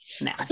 now